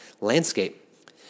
landscape